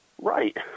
Right